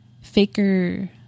faker